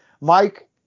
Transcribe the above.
Mike